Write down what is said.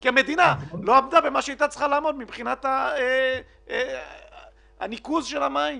כי המדינה לא עמדה במה שהיא הייתה צריכה לעמוד מבחינת הניקוז של המים.